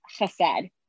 chesed